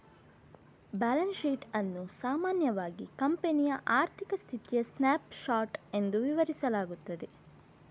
balance sheet ಅನ್ನು ಸಾಮಾನ್ಯವಾಗಿ ಕಂಪನಿಯ ಆರ್ಥಿಕ ಸ್ಥಿತಿಯ ಸ್ನ್ಯಾಪ್ ಶಾಟ್ ಎಂದು ವಿವರಿಸಲಾಗುತ್ತದೆ